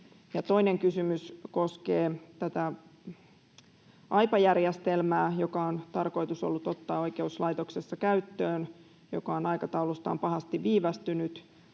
Toinen kysymys koskee tätä Aipa-järjestelmää, joka on tarkoitus ollut ottaa oikeuslaitoksessa käyttöön ja joka on aikataulustaan pahasti viivästynyt.